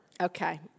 Okay